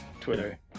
Twitter